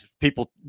people